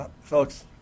Folks